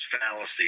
fallacy